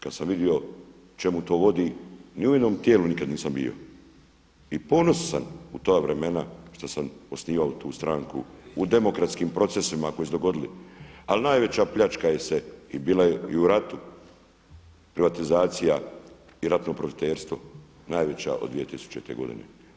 Kada sam vidio čemu to vodi ni u jednom tijelu nikad nisam bio i ponosan sam na ta vremena šta sam osnivao tu stranku u demokratskim procesima koji su se dogodili ali najveća pljačka je bila i u ratu, privatizacija i ratno profiterstvo najveća od 2000. godine.